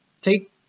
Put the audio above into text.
Take